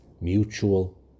mutual